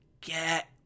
get